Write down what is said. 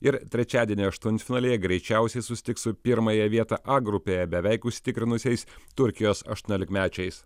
ir trečiadienį aštuntfinalyje greičiausiai susitiks su pirmąją vietą a grupėje beveik užsitikrinusiais turkijos aštuoniolikmečiais